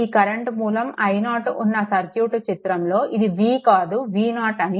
ఈ కరెంట్ మూలం i0 ఉన్న సర్క్యూట్ చిత్రంలో ఇది v కాదు V0 అని ఉండాలి